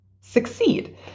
succeed